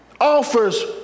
offers